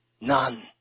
None